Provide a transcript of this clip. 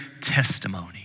testimony